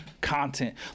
content